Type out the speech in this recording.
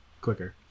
quicker